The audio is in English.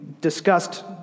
discussed